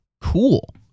cool